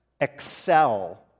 excel